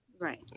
Right